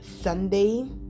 sunday